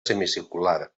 semicircular